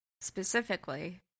specifically